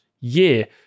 year